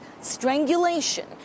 strangulation